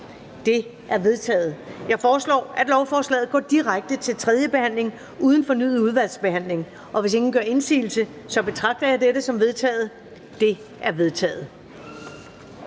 Det er vedtaget. Jeg foreslår, at lovforslaget går direkte til tredje behandling uden fornyet udvalgsbehandling. Hvis ingen gør indsigelse, betragter jeg dette som vedtaget. Det er vedtaget.